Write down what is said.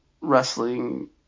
wrestling